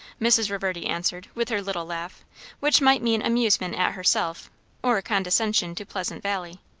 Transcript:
mrs. reverdy answered with her little laugh which might mean amusement at herself or condescension to pleasant valley.